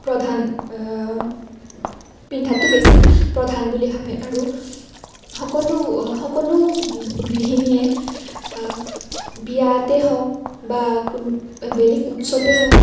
প্ৰধান পিন্ধাটো বেছি প্ৰধান বুলি ভাবে আৰু সকলো সকলো গৃহিণীয়ে বিয়াতে হওক বা কো বেলেগ উৎসৱে হওক